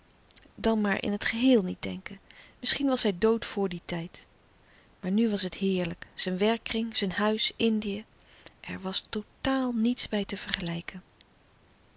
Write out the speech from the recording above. dan maar in het geheel niet denken misschien was hij dood voor dien tijd maar nu was het louis couperus de stille kracht heerlijk zijn werkkring zijn huis indië er was totaal niets bij te vergelijken